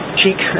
cheek